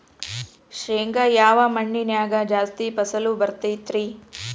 ಶೇಂಗಾ ಯಾವ ಮಣ್ಣಿನ್ಯಾಗ ಜಾಸ್ತಿ ಫಸಲು ಬರತೈತ್ರಿ?